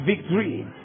victory